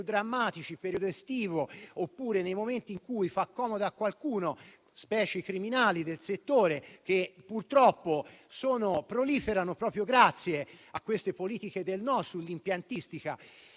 drammatici, come il periodo estivo, oppure nei momenti in cui fa comodo a qualcuno, specie i criminali del settore, che purtroppo proliferano proprio grazie a queste politiche del «no» sull'impiantistica.